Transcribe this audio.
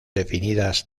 definidas